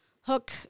Hook